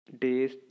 days